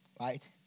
right